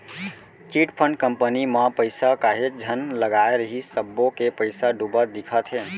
chit fund company म पइसा काहेच झन लगाय रिहिस सब्बो के पइसा डूबत दिखत हे